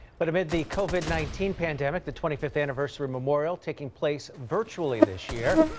but amid the covid nineteen pandemic the twenty fifth anniversary memorial taking place virtually this year.